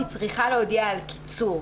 היא צריכה להודיע על קיצור.